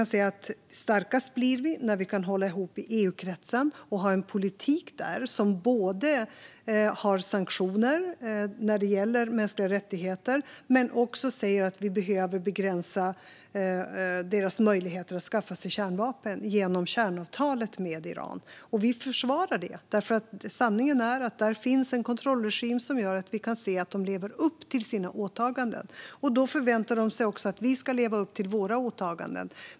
Starkast blir vi när vi kan hålla ihop i EU-kretsen och ha en politik där som både har sanktioner när det gäller mänskliga rättigheter och kan begränsa deras möjligheter att skaffa sig kärnvapen genom kärnavtalet med Iran. Vi försvarar det, för sanningen är att där finns en kontrollregim som gör att vi kan se att de lever upp till sina åtaganden. Då förväntar de sig också att vi ska leva upp till våra åtaganden.